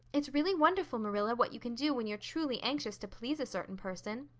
it's really wonderful, marilla, what you can do when you're truly anxious to please a certain person.